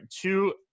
two